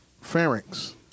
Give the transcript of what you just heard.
pharynx